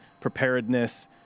preparedness